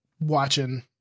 watching